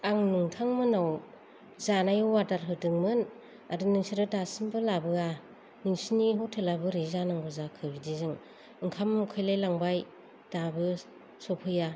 आं नोंथामोनाव जानाय अर्दार होदोंमोन आरो नोंसोर दासिमबो लाबोआ नोंसोरनि हटेला बोरै जानांगौ जाखो बिदिजों ओंखाम उखैलाय लांबाय दाबो सफैया